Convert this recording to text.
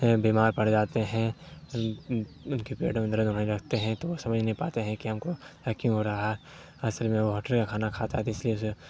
بیمار پڑ جاتے ہیں ان کے پیٹ میں درد ہونے لگتے ہیں تو وہ سمجھ نہیں پاتے ہیں کہ ہم کو کیوں ہو رہا ہے اصل میں وہ ہوٹل کا کھانا کھا تھا اس لیے اسے